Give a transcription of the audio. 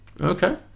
Okay